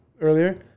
earlier